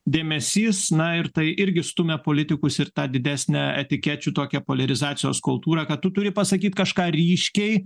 dėmesys na ir tai irgi stumia politikus ir tą didesnę etikečių tokią poliarizacijos kultūrą kad tu turi pasakyt kažką ryškiai